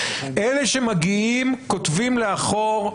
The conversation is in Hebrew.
אלה שמגיעים כותבים לאחור,